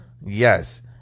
Yes